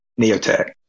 neotech